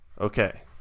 Okay